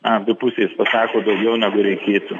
abi pusės pasako daugiau negu reikėtų